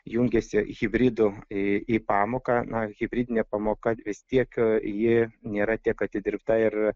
jungiasi hibridu į pamoką na hibridinė pamoka tiek ji nėra tiek atidirbta ir